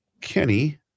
Kenny